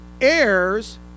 heirs